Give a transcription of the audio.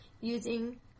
using